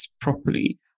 properly